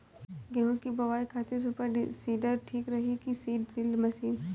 गेहूँ की बोआई खातिर सुपर सीडर ठीक रही की सीड ड्रिल मशीन?